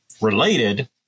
related